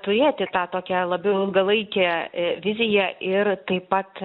turėti tą tokia labiau ilgalaikę viziją ir taip pat